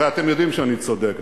הרי אתם יודעים שאני צודק.